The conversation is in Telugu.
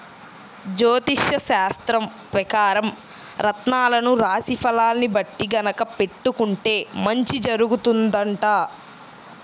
జ్యోతిష్యశాస్త్రం పెకారం రత్నాలను రాశి ఫలాల్ని బట్టి గనక పెట్టుకుంటే మంచి జరుగుతుందంట